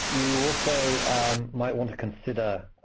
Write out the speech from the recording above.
you also might want to consider